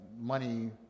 money